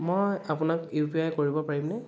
মই আপোনাক U P I কৰিব পাৰিমনে